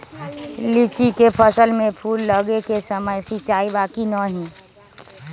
लीची के फसल में फूल लगे के समय सिंचाई बा कि नही?